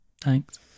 Thanks